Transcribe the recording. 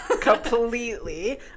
completely